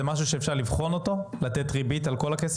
זה משהו שאפשר לבחון אותו, לתת ריבית על כל הכסף?